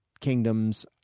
kingdoms